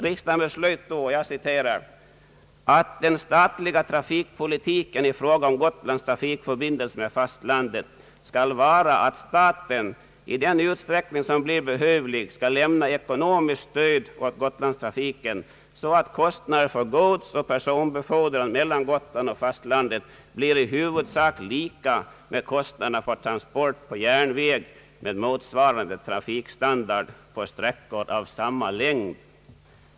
Riksdagen beslöt då att den statliga trafikpolitiken i fråga om Gotlands trafikförbindelser med fastlandet skall vara att »staten skall i den utsträckning som blir behövlig lämna ekonomiskt stöd åt gotlandstrafiken, så att kostnaderna för godsoch personbefordran mellan Gotland och fastlandet blir i huvudsak lika med kostnaderna för transport per järnväg med motsvarande trafikstandard på sträckor av samma längd».